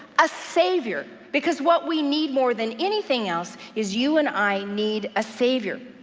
a savior, because what we need more than anything else is you and i need a savior.